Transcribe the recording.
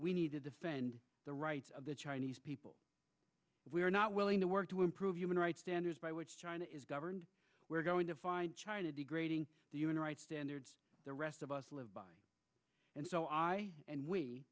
we need to defend the rights of the chinese people we are not willing to work to improve human rights standards by which china is governed we're going to find china degrading the human rights standards the rest of us live by and so i